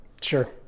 Sure